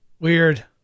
Weird